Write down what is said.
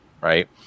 right